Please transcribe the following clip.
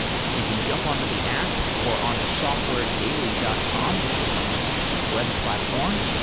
you can jump on to the app or on to softwaredaily dot com which is our web platform,